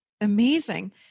Amazing